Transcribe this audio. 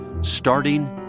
starting